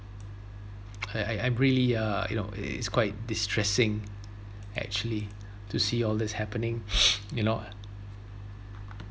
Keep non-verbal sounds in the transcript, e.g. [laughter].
[noise] I I I really uh you know it it's quite distressing actually [breath] to see all this happening [noise] you know